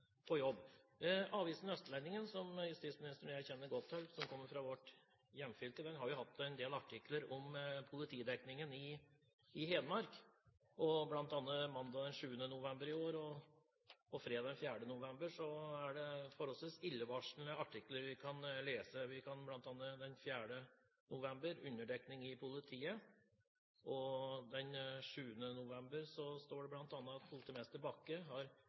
Avisen Østlendingen, som justisministeren og jeg kjenner godt til, den dekker vårt hjemfylke, har hatt en del artikler om politidekningen i Hedmark. Mandag den 7. november og fredag den 4. november i år er det forholdsvis illevarslende artikler vi kan lese. Blant annet står det den 4. november: «Underdekning i politiet», og den 7. november står det f.eks.: «Politimester Bakke har